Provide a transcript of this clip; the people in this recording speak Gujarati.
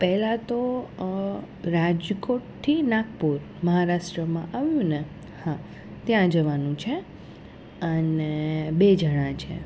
પહેલાં તો રાજકોટથી નાગપુર મહારાષ્ટ્રમાં આવ્યું ને હા ત્યાં જવાનું છે અને બે જણાં છે